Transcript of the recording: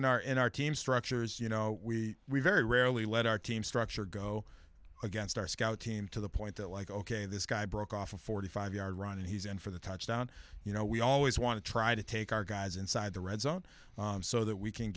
in our in our team structures you know we we very rarely let our team structure go against our scout team to the point that like ok this guy broke off a forty five yard run and he's in for the touchdown you know we always want to try to take our guys inside the red zone so that we can